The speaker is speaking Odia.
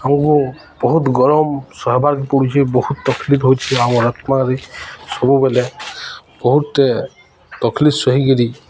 ଆମକୁ ବହୁତ ଗରମ ସହବାର୍କେ ପଡ଼ୁଛିି ବହୁତ ତକଲିଫ ହେଉଛିି ଆମ ସବୁବେଳେ ବହୁତେ ତକଲିଫ ସହିକିରି